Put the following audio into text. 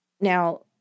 Now